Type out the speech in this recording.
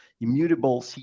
immutable